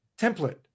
template